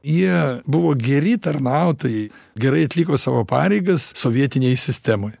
jie buvo geri tarnautojai gerai atliko savo pareigas sovietinėje sistemoje